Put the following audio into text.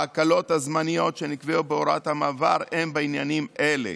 ההקלות הזמניות שנקבעו בהוראת המעבר הם בעניינים אלה: